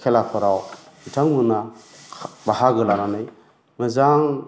खेलाफोराव बिथांमोना बाहागो लानानै मोजां